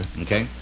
okay